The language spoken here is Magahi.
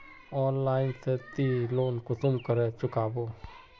ऑनलाइन से ती लोन कुंसम करे चुकाबो?